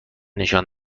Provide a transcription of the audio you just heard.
نشان